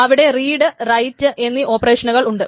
അവിടെ read write എന്നീ ഓപ്പറേഷനുകൾ ഉണ്ട്